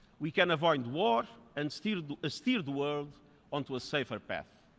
we can avoid war and steer the steer the world onto a safer path.